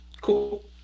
Cool